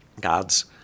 God's